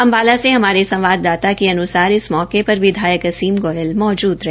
अम्बाला से हमारे संवाददाता के अनुसार इस मौके पर विधायक असीम गोयल मौजूद रहे